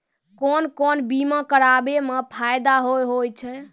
कोन कोन बीमा कराबै मे फायदा होय होय छै?